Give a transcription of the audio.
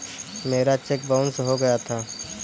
मेरा cheque bounce हो गया था